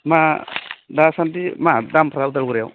मा दासान्दि मा दामफ्रा उदालगुरियाव